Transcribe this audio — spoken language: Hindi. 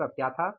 वह सब क्या था